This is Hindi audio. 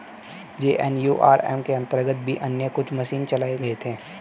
जे.एन.एन.यू.आर.एम के अंतर्गत भी अन्य कुछ मिशन चलाए गए थे